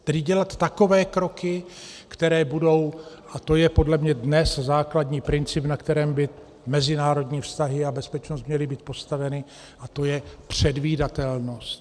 Tedy dělat takové kroky, které budou a to je podle mě dnes základní princip, na kterém by mezinárodní vztahy a bezpečnost měly být postaveny a to je předvídatelnost.